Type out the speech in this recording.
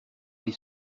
les